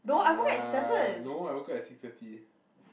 ah no I woke up at six thirty